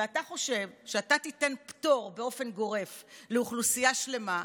ואתה חושב שאתה תיתן פטור באופן גורף לאוכלוסייה שלמה,